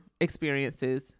experiences